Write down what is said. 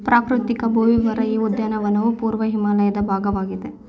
ಪ್ರಾಕೃತಿಕ ಭೂವಿವರ ಈ ಉದ್ಯಾನವನವು ಪೂರ್ವ ಹಿಮಾಲಯದ ಭಾಗವಾಗಿದೆ